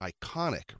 iconic